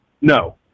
No